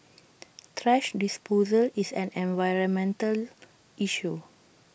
thrash disposal is an environmental issue